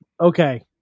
Okay